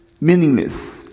meaningless